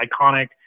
iconic